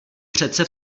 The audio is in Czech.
přece